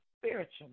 spiritual